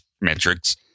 metrics